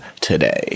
today